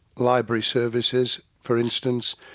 library services for instance.